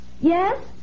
Yes